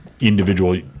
individual